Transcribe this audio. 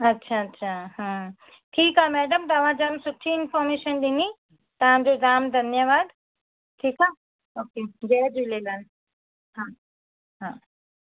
अच्छा अच्छा हा ठीकु आहे मैडम तव्हां जाम सुठी इंफॉर्मेशन ॾिनी तव्हांजो जाम धन्यवाद ठीकु आहे ओके जय झूलेलाल हा हा